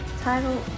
title